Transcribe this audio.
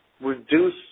reduce